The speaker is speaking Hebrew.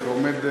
אתה עומד למבחן.